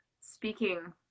speaking